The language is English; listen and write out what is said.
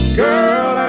girl